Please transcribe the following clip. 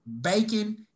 bacon